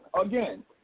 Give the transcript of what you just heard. again